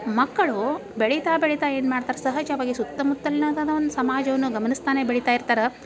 ಮಕ್ಕಳು ಬೆಳೀತಾ ಬೆಳೀತಾ ಏನು ಮಾಡ್ತಾರೆ ಸಹಜವಾಗಿ ಸುತ್ತ ಮುತ್ತಲಿನಾಗ ಒಂದು ಸಮಾಜವನ್ನು ಗಮನಿಸ್ತಲೇ ಬೆಳಿತಾಯಿರ್ತಾರೆ